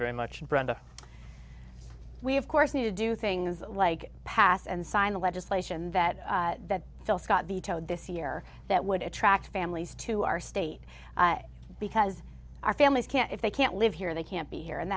very much and brenda we of course need to do things like pass and sign the legislation that phil scott vetoed this year that would attract families to our state because our families can't if they can't live here they can't be here and